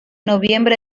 noviembre